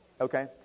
Okay